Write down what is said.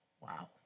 Wow